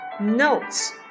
notes